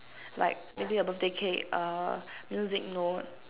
like maybe a birthday cake err music note